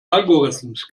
algorithms